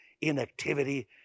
inactivity